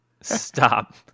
stop